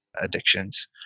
addictions